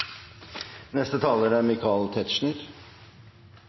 neste omgang er det